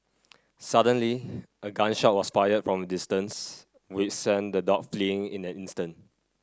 suddenly a gun shot was fired from a distance which sent the dog fleeing in an instant